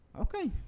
Okay